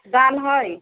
दालि है